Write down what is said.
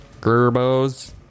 Gerbos